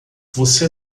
você